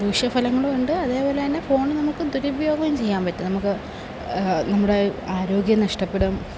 ദൂഷ്യഫലങ്ങളുമുണ്ട് അതേപോലെത്തന്നെ ഫോൺ നമുക്ക് ദുരുപയോഗം ചെയ്യാൻ പറ്റും നമുക്ക് നമ്മുടെ ആരോഗ്യം നഷ്ടപ്പെടും